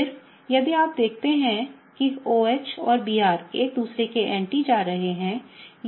फिर यदि आप देखते हैं कि OH और Br एक दूसरे के anti जा रहे हैं